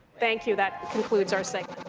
thank you. that concludes our like